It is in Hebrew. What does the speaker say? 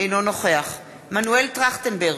אינו נוכח מנואל טרכטנברג,